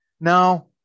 Now